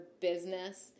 business